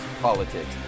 politics